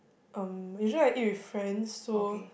um usually I eat with friends so